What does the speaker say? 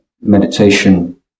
meditation